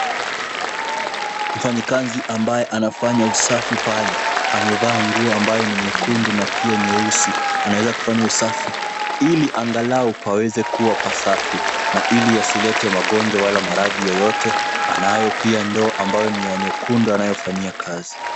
Mfanyikazi ambaye anafanya usafi pale, amevaa nguo ambayo ni nyekundu na pia nyeusi ,anaeza kufanya usafi ili angalau paweze kuwa pasafi na ili asilete magonjwa wala maradhi yoyote. Anayo pia ndoo ambayo ni ya nyekundu anayofanyia kazi.